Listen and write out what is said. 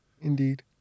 indeed